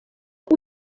ari